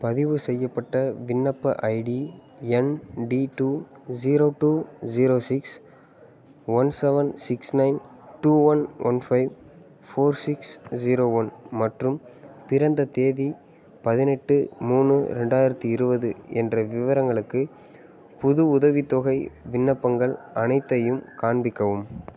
பதிவுசெய்யப்பட்ட விண்ணப்ப ID N T two zero two zero six one seven six nine two one one five four six zero one மற்றும் பிறந்த தேதி பதினெட்டு மூணு ரெண்டாயிரத்து இருபது என்ற விவரங்களுக்கு புது உதவித்தொகை விண்ணப்பங்கள் அனைத்தையும் காண்பிக்கவும்